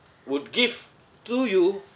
would give to you